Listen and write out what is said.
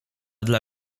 dla